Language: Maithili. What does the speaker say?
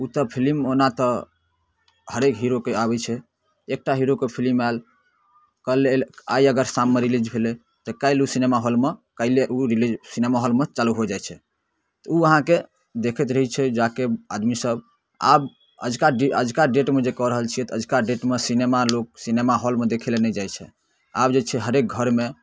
ओतऽ फिलिम ओना तऽ हरेक हीरोके आबै छै एकटा हीरोके फिलिम आएल काल्हि आइ अगर शाममे रिलीज भेलै तऽ काल्हि ओ सिनेमाहॉलमे काल्हिए ओ रिलीज सिनेमाहॉलमे चालू हो जाइ छै तऽ ओ अहाँके देखैत रहै छै जाकऽ आदमीसब आब अजुका अजुका डेटमे जे कऽ रहल छिए तऽ अजुका डेटम सिनेमा लोक सिनेमाहॉलमे देखैलए नहि जाइ छै आब जे छै हरेक घरमे